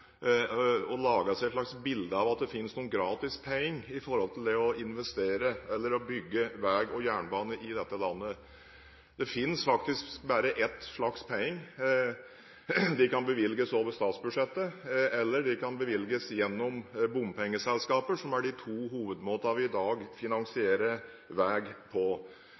å lage seg et slags bilde av at det finnes noen gratis penger til å bygge vei- og jernbane i dette landet. Det finnes faktisk bare ett slags penger. De kan bevilges over statsbudsjettet, eller de kan bevilges gjennom bompengeselskaper, som er de to hovedmåtene vi i dag finansierer vei på.